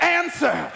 answer